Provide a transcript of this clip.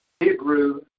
Hebrew